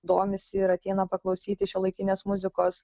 domisi ir ateina paklausyti šiuolaikinės muzikos